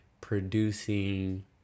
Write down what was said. producing